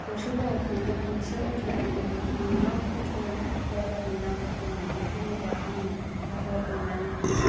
गसाइगावाव थांनो गंसे अट' नांगौमोन नोंनाव अट' ड्रायबार नि नाम्बार दं नामा दङ'ब्ला आंनो खोन्थाहर अननानै